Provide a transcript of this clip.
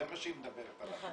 זה מה שהיא מדברת עליו.